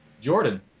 Jordan